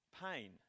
pain